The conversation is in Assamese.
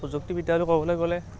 প্ৰযুক্তিবিদ্যাটো ক'বলৈ গ'লে